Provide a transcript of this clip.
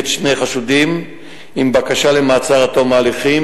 שני חשודים עם בקשה למעצר עד תום ההליכים,